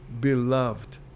beloved